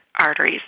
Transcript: arteries